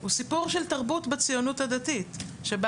הוא סיפור של תרבות בציונות הדתית שבא